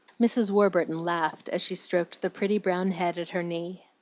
mrs. warburton laughed, as she stroked the pretty brown head at her knee.